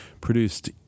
produced